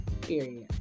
Period